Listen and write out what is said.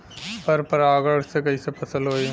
पर परागण से कईसे फसल होई?